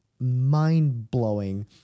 mind-blowing